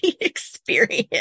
experience